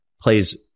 plays